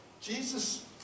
Jesus